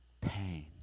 pain